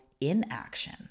inaction